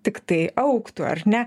tiktai augtų ar ne